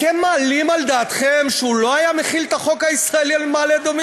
אתם מעלים על דעתכם שהוא לא היה מחיל את החוק הישראלי על מעלה-אדומים?